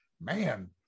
man